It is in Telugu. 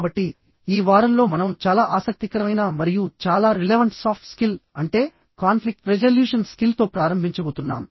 కాబట్టి ఈ వారంలో మనం చాలా ఆసక్తికరమైన మరియు చాలా రిలెవంట్ సాఫ్ట్ స్కిల్ అంటే కాన్ఫ్లిక్ట్ రెజల్యూషన్ స్కిల్తో ప్రారంభించబోతున్నాం